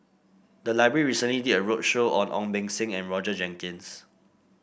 the library recently did a roadshow on Ong Beng Seng and Roger Jenkins